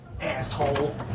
asshole